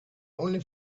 only